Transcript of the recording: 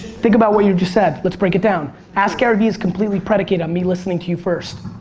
think about what you just said. let's break it down askgaryvee is completely predicated on me listening to you first.